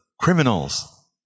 criminals